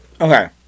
Okay